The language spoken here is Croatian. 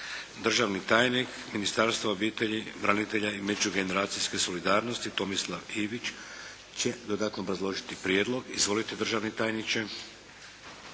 Državni tajnik Ministarstva obitelji, branitelja i međugeneracijske solidarnosti Tomislav Ivić će dodatno obrazložiti prijedlog. Izvolite državni tajniče.